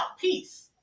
peace